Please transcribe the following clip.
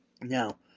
Now